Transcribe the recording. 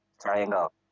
triangle